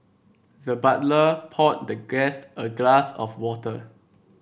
the butler poured the guest a glass of water